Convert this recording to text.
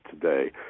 today